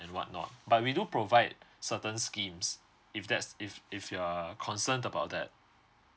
and what not but we do provide certain schemes if that's if if you're concerned about that